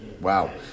Wow